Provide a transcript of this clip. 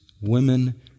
women